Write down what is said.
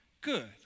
good